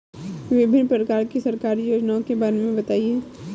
विभिन्न प्रकार की सरकारी योजनाओं के बारे में बताइए?